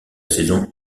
saison